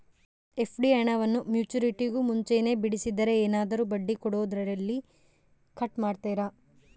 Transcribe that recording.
FD ಹಣವನ್ನು ಮೆಚ್ಯೂರಿಟಿಗೂ ಮುಂಚೆನೇ ಬಿಡಿಸಿದರೆ ಏನಾದರೂ ಬಡ್ಡಿ ಕೊಡೋದರಲ್ಲಿ ಕಟ್ ಮಾಡ್ತೇರಾ?